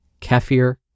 kefir